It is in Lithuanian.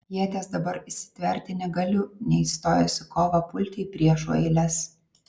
ieties dabar įsitverti negaliu nei stojęs į kovą pulti į priešų eiles